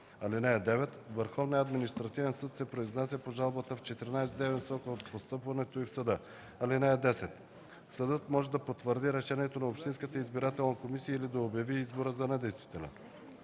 му. (9) Върховният административен съд се произнася по жалбата в 14-дневен срок от постъпването й в съда. (10) Съдът може да потвърди решението на общинската избирателна комисия или да обяви избора за недействителен.